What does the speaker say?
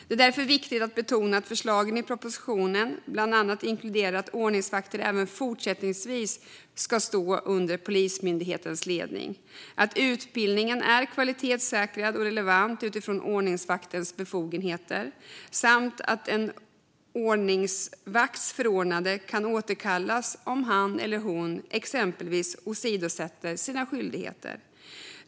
Det är därför viktigt att betona att förslagen i propositionen bland annat inkluderar att ordningsvakter även fortsättningsvis ska stå under Polismyndighetens ledning, att utbildningen är kvalitetssäkrad och relevant utifrån ordningsvaktens befogenheter samt att en ordningsvakts förordnande kan återkallas om han eller hon exempelvis åsidosätter sina skyldigheter.